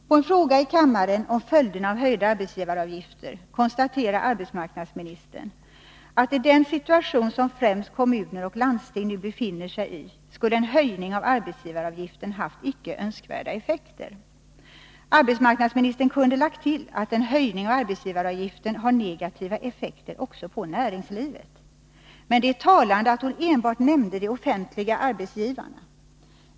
På en fråga i kammaren om följderna av höjda arbetsgivaravgifter konstaterade arbetsmarknadsministern att i den situation som främst kommuner och landsting nu befinner sig i skulle en höjning av arbetsgivaravgiften haft icke önskvärda effekter. Arbetsmarknadsministern kunde lagt till att en höjning av arbetsgivaravgiften har negativa effekter också på näringslivet, men det är talande att hon enbart nämnde de offentliga arbetsgivarna.